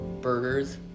burgers